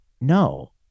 No